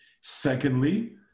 secondly